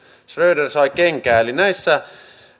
schröder sai kenkää näissä